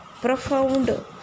profound